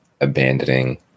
abandoning